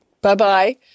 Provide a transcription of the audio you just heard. Bye-bye